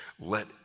Let